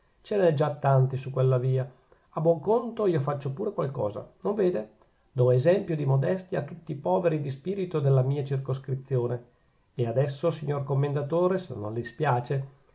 n'è già tanti su quella via a buon conto io faccio pure qualcosa non vede dò esempio di modestia a tutti i poveri di spirito della mia circoscrizione e adesso signor commendatore se